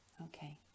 okay